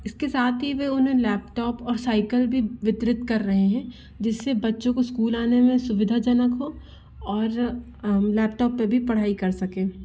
इसके साथ ही वे उन्हे लैपटॉप और साईकल भी वितरित कर रही है जिस से बच्चों को स्कूल आने में सुविधाजनक हो और लैपटॉप पर भी पढ़ाई कर सकें